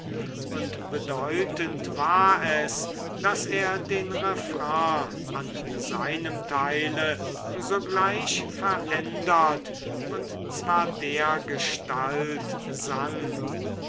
und bedeutend war es daß er den refrain an seinem teile sogleich verändert und zwar dergestalt sang